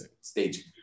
Stage